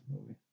movie